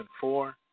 four